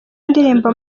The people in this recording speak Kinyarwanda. indirimbo